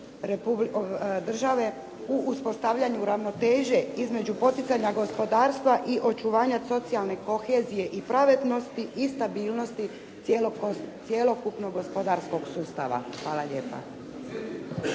u uspostavljanju ravnoteže između poticanja gospodarstva i očuvanja socijalne kohezije i pravednosti i stabilnosti cjelokupnog gospodarskog sustava. Hvala lijepa.